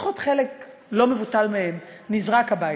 לפחות חלק לא מבוטל מהם נזרק הביתה,